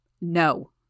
No